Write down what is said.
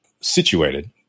situated